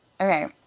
Okay